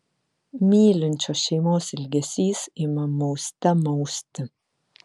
mylinčios šeimos ilgesys ima mauste mausti